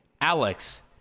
Alex